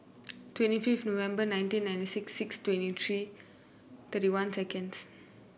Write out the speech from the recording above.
twenty fifth November nineteen ninety six six twenty three thirty one seconds